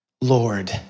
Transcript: Lord